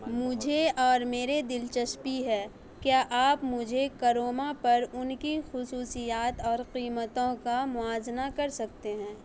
مجھے اور میرے دلچسپی ہے کیا آپ مجھے کروما پر ان کی خصوصیات اور قیمتوں کا موازنہ کر سکتے ہیں